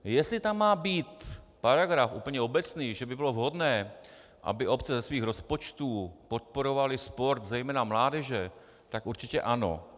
Jestli tam má být paragraf úplně obecný, že by bylo vhodné, aby obce ze svých rozpočtů podporovaly sport, zejména mládeže, tak určitě ano.